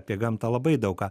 apie gamtą labai daug ką